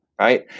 Right